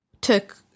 took